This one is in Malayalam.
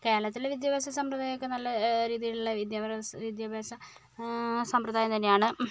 കേരളത്തിലെ വിദ്യാഭ്യാസ സമ്പ്രദായം ഒക്കെ നല്ല രീതിയിലുള്ള വിദ്യാഭ്യാസ വിദ്യാഭ്യാസ സമ്പ്രദായം തന്നെയാണ്